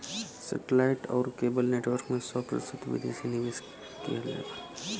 सेटे light आउर cable network में सौ प्रतिशत विदेशी निवेश किहल जाला